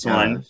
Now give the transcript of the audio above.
one